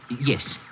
Yes